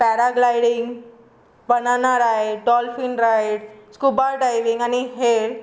para ग्लायंडींग banana ride dolphin ride scuba diving आनी हेर